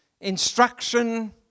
instruction